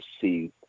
see